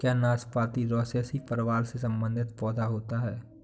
क्या नाशपाती रोसैसी परिवार से संबंधित पौधा होता है?